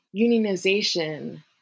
unionization